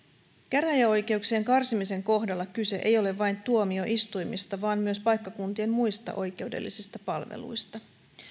käräjäoikeuksien karsimisen kohdalla kyse ei ole vain tuomioistuimista vaan myös paikkakuntien muista oikeudellisista palveluista